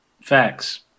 Facts